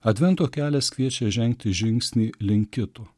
advento kelias kviečia žengti žingsnį link kito